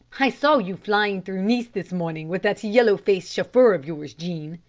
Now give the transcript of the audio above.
i saw you flying through nice this morning with that yellow-faced chauffeur of yours, jean.